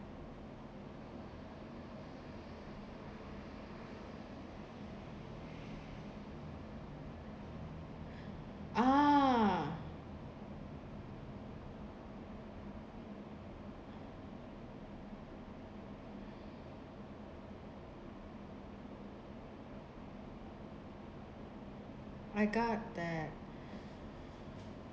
ah I got that